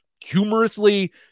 humorously